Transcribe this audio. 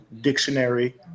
Dictionary